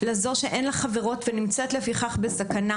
לזו שאין לה חברות ונמצאת לפיכך בסכנה.